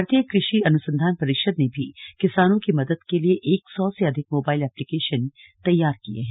भारतीय कृषि अनुसंधान परिषद ने भी किसानों की मदद के लिए एक सौ से अधिक मोबाइल एप्लीकेशन तैयार किए हैं